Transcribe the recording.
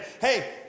hey